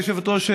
כבוד היושבת-ראש,